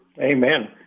Amen